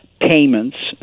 payments